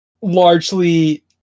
largely